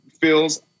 feels